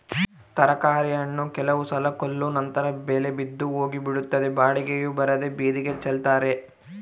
ತರಕಾರಿ ಹಣ್ಣು ಕೆಲವು ಸಲ ಕೊಯ್ಲು ನಂತರ ಬೆಲೆ ಬಿದ್ದು ಹೋಗಿಬಿಡುತ್ತದೆ ಬಾಡಿಗೆಯೂ ಬರದೇ ಬೀದಿಗೆ ಚೆಲ್ತಾರೆ